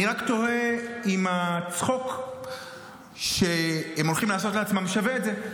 אני רק תוהה אם הצחוק שהם הולכים לעשות לעצמם שווה את זה.